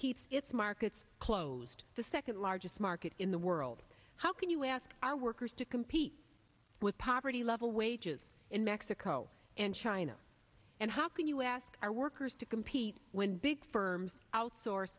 keeps its markets closed the second largest market in the world how can you ask our workers to compete with poverty level wages in mexico and china and how can you ask our workers to compete when big firms outsource